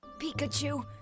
Pikachu